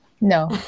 No